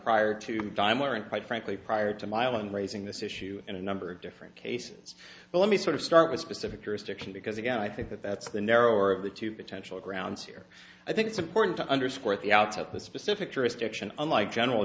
prior to dime weren't quite frankly prior to mylan raising this issue in a number of different cases but let me sort of start with specific jurisdiction because again i think that that's the narrower of the two potential grounds here i think it's important to underscore at the outset that specific jurisdiction unlike general